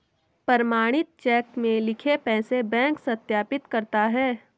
प्रमाणित चेक में लिखे पैसे बैंक सत्यापित करता है